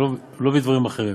ולא בדברים אחרים.